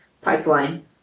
pipeline